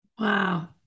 Wow